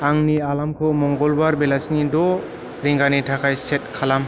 आंनि एलार्मखौ मंगलबार बेलासिनि द' रिंगानि थाखाय सेट खालाम